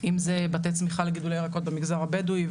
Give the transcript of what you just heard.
אם זה בתי צמיחה לגידול ירקות במגזר הבדואי,